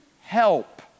help